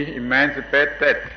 emancipated